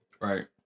Right